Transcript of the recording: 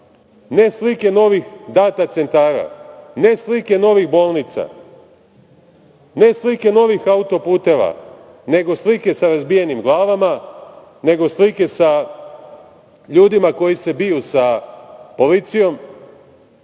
ne slike novih data centara, ne slike novih bolnica, ne slike novih autoputeva, nego slike sa razbijenim glavama, nego slike sa ljudima koji se biju sa policijom.